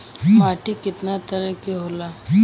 माटी केतना तरह के होला?